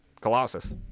Colossus